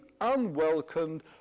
unwelcomed